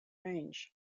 range